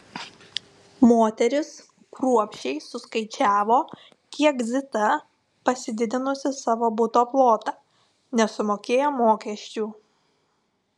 moterys kruopščiai suskaičiavo kiek zita pasididinusi savo buto plotą nesumokėjo mokesčių